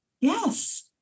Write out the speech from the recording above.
Yes